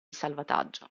salvataggio